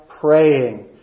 praying